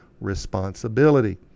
responsibility